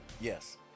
Yes